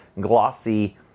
glossy